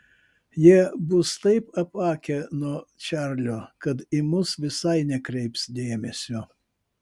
jie bus taip apakę nuo čarlio kad į mus visai nekreips dėmesio